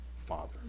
father